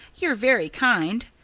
you're very kind.